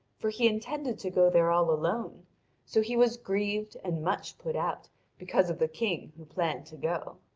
for he intended to go there all alone so he was grieved and much put out because of the king who planned to go.